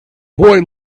boy